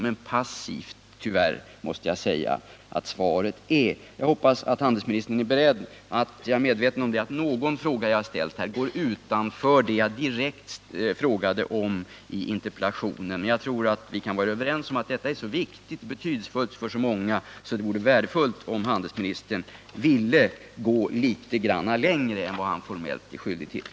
Men passivt måste jag tyvärr säga att svaret är. Jag är medveten om att någon fråga som jag ställt här går utanför det jag direkt frågade om i interpellationen, men jag tror att vi kan vara överens om att detta är viktigt och betydelsefullt för många. Därför vore det värdefullt om handelsministern ville gå litet längre än vad han formellt är skyldig till.